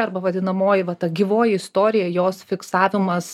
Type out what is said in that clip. arba vadinamoji va ta gyvoji istorija jos fiksavimas